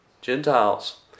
Gentiles